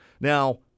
Now